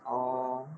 orh